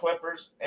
clippers